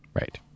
Right